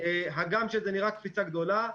הגם שזה נראה קפיצה גדולה,